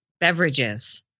beverages